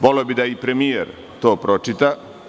Voleo bih da i premijer to pročita.